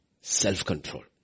self-control